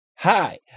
Hi